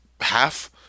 half